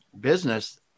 business